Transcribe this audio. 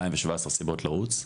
217 סיבות לרוץ.